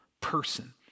person